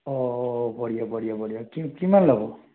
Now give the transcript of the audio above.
অঁ বঢ়িয়া বঢ়িয়া বঢ়িয়া কি কিমান ল'ব